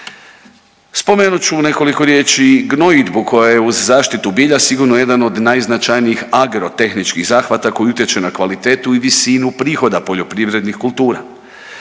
Spomenut ću u nekoliko riječi i gnojidbu koja je uz zaštitu bilja sigurno jedan od najznačajnijih agrotehničkih zahvata koji utječe na kvalitetu i visinu prihoda poljoprivrednih kultura.